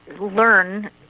learn